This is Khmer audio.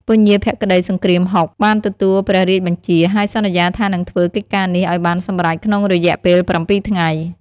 ពញាភក្តីសង្គ្រាមហុក បានទទួលព្រះរាជបញ្ជា ហើយសន្យាថានឹងធ្វើកិច្ចការនេះឲ្យបានសម្រេចក្នុងរយៈពេល ៧ ថ្ងៃ។